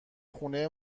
خونه